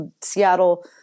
Seattle